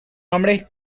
hombre